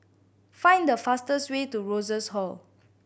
find the fastest way to Rosas Hall